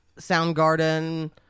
Soundgarden